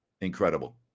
Incredible